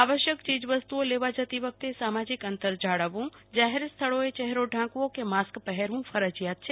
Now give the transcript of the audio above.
આવશ્યક યીજવસ્તુ ઓ લેવા જતી વખતી સામષ્ઠક અતંર જાળવવુજાહેર સ્થળીએ યહેરો ઢાંકવી કે માસ્ક પહેરવુ ફરજીયાત છે